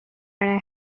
and